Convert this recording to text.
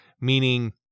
Meaning